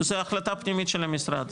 זאת החלטה פנימית של המשרד,